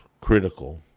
critical